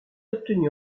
obtenus